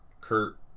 Kurt